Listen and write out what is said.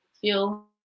feel